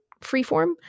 freeform